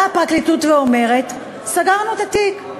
באה הפרקליטות ואומרת: סגרנו את התיק.